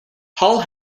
hull